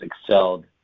excelled